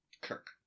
Kirk